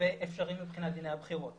ואפשרי מבחינת דיני הבחירות.